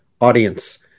audience